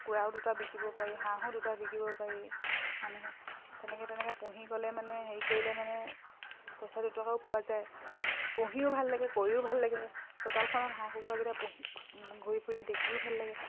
কুকুৰাও দুটা বিকিব পাৰি হাঁহো দুটা বিকিব পাৰি মানুহে তেনেকৈ তেনেকৈ পুহি গ'লে মানে হেৰি কৰিলে মানে পইচা দুটকাও পোৱা যায় পুহিও ভাল লাগে কৰিও ভাল লাগে চোতালখনত হাঁহ কুকুৰাকেইটা পুহি ঘূৰি ফুৰিলে দেখিও ভাল লাগে